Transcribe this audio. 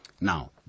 Now